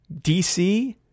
DC